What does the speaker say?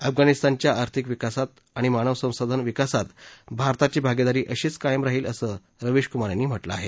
अफगाणिस्तानच्या आर्थिक विकासात आणि मानव संसाधन विकासात भारताची भागीदारी अशीच कायम राहील असं रविश कुमार यांनी म्हटलं आहे